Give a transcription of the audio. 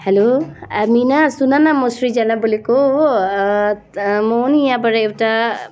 hello एडमिना सुन न म सृजना बोलेको हो म नि यहाँबाट एउटा